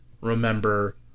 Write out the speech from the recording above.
remember